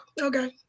okay